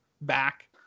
back